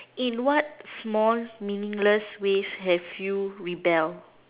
in what small meaningless ways have you rebel